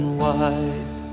wide